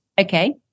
Okay